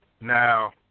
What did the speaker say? Now